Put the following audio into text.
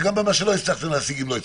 וגם במה שלא הצלחתם להשיג, אם לא הצלחתם.